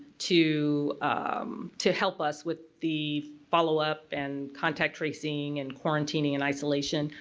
to um to help us with the follow-up, and contact tracing, and quarantine and isolation.